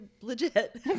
legit